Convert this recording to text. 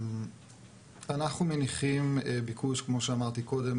אנחנו מניחים ביקוש כמו שאמרתי קודם,